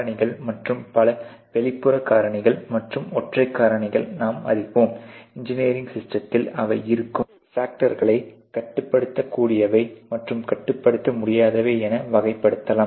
காரணிகள் மற்றும் பல வெளிப்புற காரணிகள் மற்றும் ஒற்றை காரணிகளை நாம் அறிவோம் இன்ஜினியரிங் சிஸ்டத்தில் அவை இருக்கும் மற்றும் ஃபேக்டர்ஸ்களை கட்டுப்படுத்தக்கூடியவை மற்றும் கட்டுப்படுத்த முடியாதவை என வகைப்படுத்தலாம்